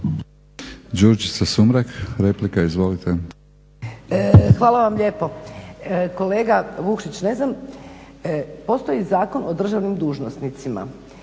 Hvala vam lijepo. Kolega Vukšić, ne znam postoji Zakon o državnim dužnosnicima